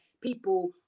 people